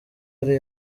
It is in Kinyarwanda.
ari